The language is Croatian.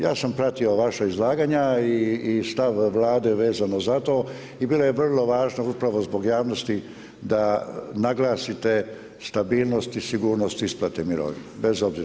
Ja sam pratio vaša izlaganja i stav Vlade vezano za to i bilo je vrlo važno upravo zbog javnosti da naglasite stabilnost i sigurnost isplate mirovina bez obzira.